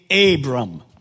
Abram